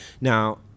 Now